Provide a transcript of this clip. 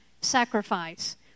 sacrifice